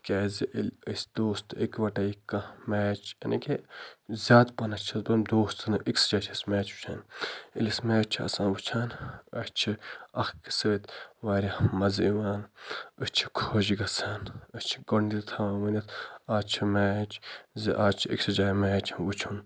تِکیٛازِ ییٚلہِ أسۍ دوستہٕ اِکوٹَے کانٛہہ میچ یعنے کہِ زیادٕ پَہنَس چھُس بہٕ دوستَن أکسٕے جایہِ چھِ أسۍ میچ وٕچھان ییٚلہِ أسۍ میچ چھِ آسان وٕچھان اسہِ چھِ اکھ أکِس سۭتۍ واریاہ مَزٕ یِوان أسۍ چھِ خۄش گژھان أسۍ چھِ گۄڈے تھاوان ؤنِتھ آز چھُ میچ زِ آز چھُ أکسٕے جایہِ میچ وٕچھُن